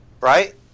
Right